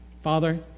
Father